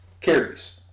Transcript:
carries